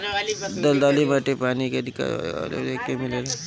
दलदली माटी पानी के अधिका वाला जगह पे देखे के मिलेला